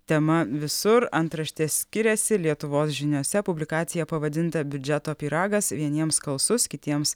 tema visur antraštės skiriasi lietuvos žiniose publikacija pavadinta biudžeto pyragas vieniems skalsus kitiems